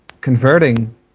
converting